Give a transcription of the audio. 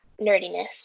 nerdiness